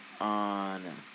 on